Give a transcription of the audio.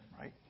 Right